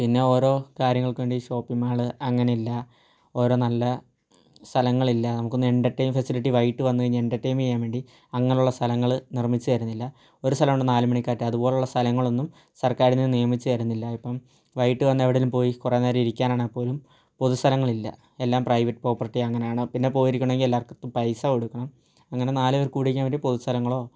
പിന്നെ ഓരോ കാര്യങ്ങൾക്ക് വേണ്ടി ഷോപ്പിംഗ് മാൾ അങ്ങനെയില്ല ഓരോ നല്ല സ്ഥലങ്ങളില്ല നമുക്ക് ഒന്ന് എൻ്റർടൈൻ ഫെസിലിറ്റി വൈകിട്ട് വന്നു കഴിഞ്ഞാൽ എൻ്റർടൈൻ ചെയ്യാൻ വേണ്ടി അങ്ങനെയുള്ള സ്ഥലങ്ങൾ നിർമ്മിച്ച് തരുന്നില്ല ഒരു സ്ഥലമുണ്ട് നാല് മണിക്കായിട്ട് അതുപോലെയുള്ള സ്ഥലങ്ങളൊന്നും സർക്കാരിൽ നിന്ന് നിയമിച്ച് തരുന്നില്ല ഇപ്പം വൈകിട്ട് വന്നാൽ എവിടെയെങ്കിലും പോയി കുറേ നേരം ഇരിക്കാൻ ആണെങ്കിൽ പോലും പൊതു സ്ഥലങ്ങളില്ല എല്ലാം പ്രൈവറ്റ് പ്രോപർട്ടി അങ്ങനെയാണ് പിന്നെ പോയി ഇരിക്കണമെങ്കിൽ എല്ലായിടത്തും പൈസ കൊടുക്കണം അങ്ങനെ നാല് പേർക്ക് കൂടി ഇരിക്കാൻ പറ്റിയ പൊതു സ്ഥലങ്ങളോ